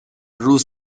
روز